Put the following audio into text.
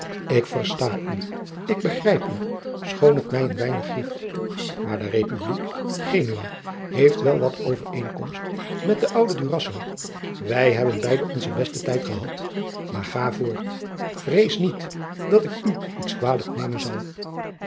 ik versta u ik begrijp u schoon het mij een weinig grieft maar de republiek genua heeft wel wat overeenkomst met den ouden durazzo wij hebben beide onze besten tijd gehad maar ga voort vrees niet dat ik u iets kwalijk nemen zal